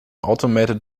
automated